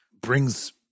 brings